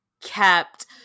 kept